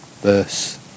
verse